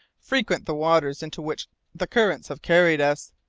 frequent the waters into which the currents have carried us.